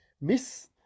miss